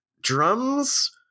drums